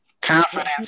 Confidence